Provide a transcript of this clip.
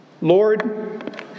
Lord